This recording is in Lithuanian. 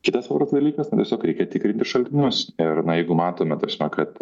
kitas dalykas na tiesiog reikia tikrinti šaltinius ir na jeigu matome tas prasme kad